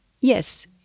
Yes